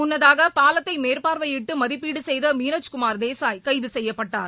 முன்னதாக பாலத்தை மேற்பார்வையிட்டு மதிப்பீடு செய்த மீரஜ்குமார் தேசாய் கைது செய்யப்பட்டார்